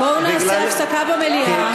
בואו נעשה הפסקה במליאה,